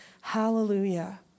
hallelujah